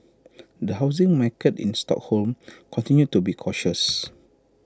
the housing market in Stockholm continued to be cautious